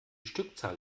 stückzahl